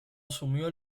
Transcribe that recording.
asumió